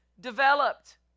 developed